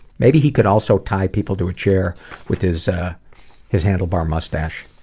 maybe he could also tie people to a chair with his ah his handlebar mustache.